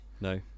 No